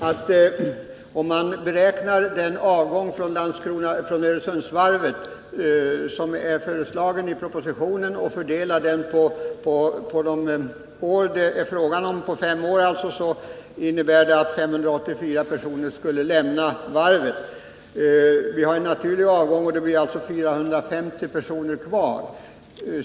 Om man räknar med den avgång från Öresundsvarvet som är föreslagen i propositionen och fördelar den på fem år, som det är fråga om, så innebär det att 584 personer skulle lämna varvet. Vi har en naturlig avgång — det blir 450 personer kvar.